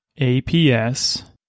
APS